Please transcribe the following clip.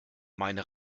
meine